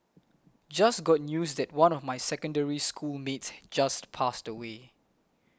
just got news that one of my Secondary School mates just passed away